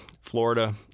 Florida